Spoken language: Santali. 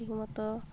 ᱴᱷᱤᱠ ᱢᱚᱛᱚ